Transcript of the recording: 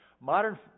Modern